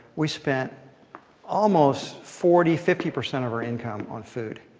we spent almost forty, fifty percent of our income on food.